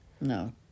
No